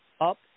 Up